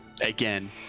again